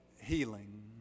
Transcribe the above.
healing